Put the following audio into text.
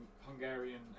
Hungarian